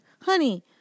Honey